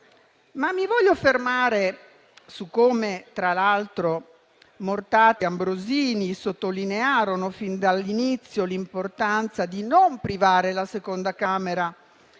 Vorrei però fermarmi su come, tra l'altro, Mortati e Ambrosini sottolinearono fin dall'inizio l'importanza di non privare la seconda Camera